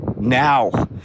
now